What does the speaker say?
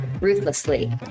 ruthlessly